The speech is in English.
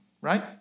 Right